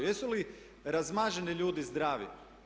Jesu li razmaženi ljudi zdravi?